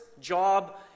job